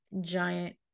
giant